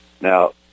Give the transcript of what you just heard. Now